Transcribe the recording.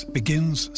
begins